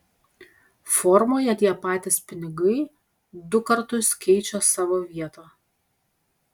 formoje tie patys pinigai du kartus keičia savo vietą